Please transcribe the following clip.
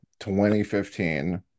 2015